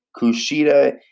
Kushida